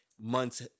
months